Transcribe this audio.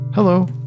Hello